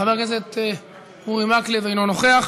חבר הכנסת אורי מקלב, אינו נוכח.